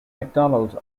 macdonald